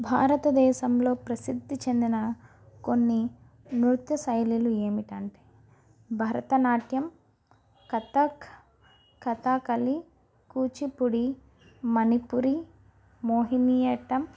భారతదేశంలో ప్రసిద్ది చెందిన కొన్ని నృత్య శైలులు ఏమిటి అంటే భరతనాట్యం కథక్ కథాకళి కూచిపూడి మణిపురి మోహినియట్టం